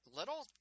little